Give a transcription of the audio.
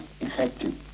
effective